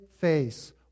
face